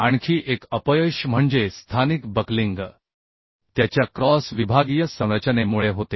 आणखी एक अपयश म्हणजे स्थानिक बक्लिंग त्याच्या क्रॉस विभागीय संरचनेमुळे होते